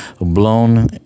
blown